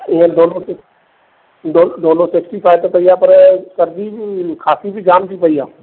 न Dolo six डोल Dolo sixty five त पई आहे पर कब्जी बि खांसी बि जाम थी पई आहे